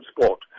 sport